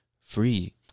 free